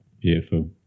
Beautiful